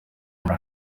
muri